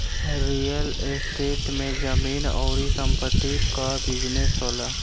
real estate में जमीन अउरी संपत्ति कअ बिजनेस होला